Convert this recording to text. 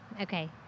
okay